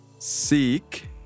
Seek